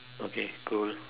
okay cool